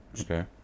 Okay